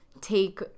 take